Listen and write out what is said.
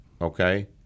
okay